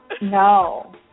No